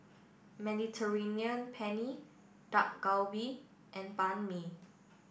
Mediterranean Penne Dak Galbi and Banh Mi